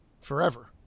forever